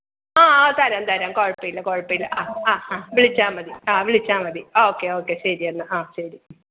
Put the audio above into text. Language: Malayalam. ആഹ് ആഹ് തരാം തരാം കുഴപ്പം ഇല്ല കുഴപ്പം ഇല്ല ആഹ് ആഹ് ഹാ വിളിച്ചാൽ മതി ആഹ് വിളിച്ചാൽ മതി ഓക്കെ ഓക്കെ ശരി എന്നാൽ ആഹ് ശരി